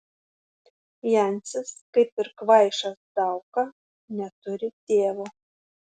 jancis kaip ir kvaišas dauka neturi tėvo